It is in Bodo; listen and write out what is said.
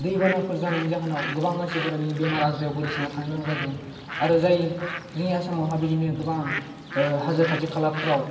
दै बानाफोर जानायनि जाहोनाव गोबां मानसिफोरा बिनि बेमार आज्रायाव गोदोसोना थानो गोनां जादों आरो जाय जोंनि आसामावहा बिदिनो गोबां ओह हाजो खाथि खालाफ्राव